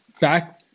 back